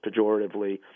pejoratively